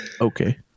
okay